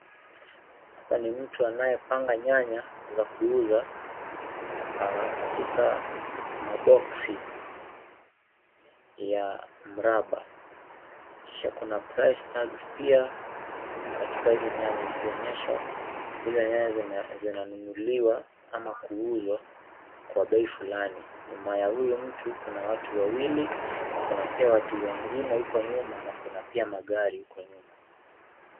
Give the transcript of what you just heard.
Hapa ni mtu anayepanga nyanya za kuuza katika maboksi ya mraba kisha kuna price tags pia katika hizo nyanya kuonyesha hizo nyanya zinanunuliwa ama kuuzwa kwa bei fulani, nyuma ya huyu mtu kuna watu wawili na kuna pia watu wengine huko nyuma na kuna pia magari huko nyuma.